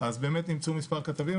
אז באמת נמצאו מספר כתבות,